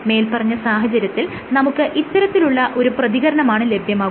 മേല്പറഞ്ഞ സാഹചര്യത്തിൽ നമുക്ക് ഇത്തരത്തിലുള്ള ഒരു പ്രതികരണമാണ് ലഭ്യമാകുന്നത്